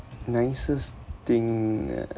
nicest thing ah